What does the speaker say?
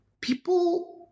people